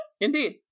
Indeed